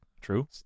True